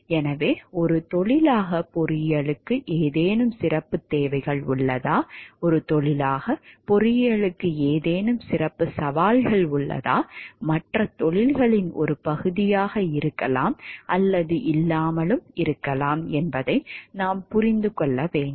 எனவே ஒரு தொழிலாக பொறியியலுக்கு ஏதேனும் சிறப்புத் தேவைகள் உள்ளதா ஒரு தொழிலாக பொறியியலுக்கு ஏதேனும் சிறப்பு சவால்கள் உள்ளதா மற்ற தொழில்களின் ஒரு பகுதியாக இருக்கலாம் அல்லது இல்லாமல் இருக்கலாம் என்பதை நாம் புரிந்து கொள்ளலாம்